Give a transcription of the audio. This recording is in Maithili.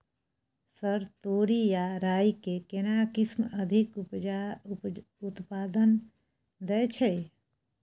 सर तोरी आ राई के केना किस्म अधिक उत्पादन दैय छैय?